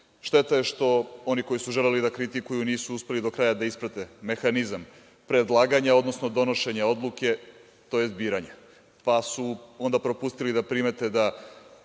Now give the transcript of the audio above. Šteta je što, oni koji su želeli da kritikuju nisu uspeli do kraja da isprate mehanizam predlaganja, odnosno donošenja odluke, tj. biranja, pa su onda propustili da primete,